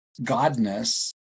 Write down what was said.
godness